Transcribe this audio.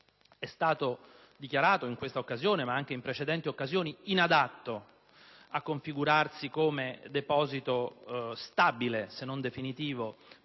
è stato dichiarato dai tecnici, in questa occasione ma anche in precedenti, inadatto a configurarsi come deposito stabile, se non definitivo,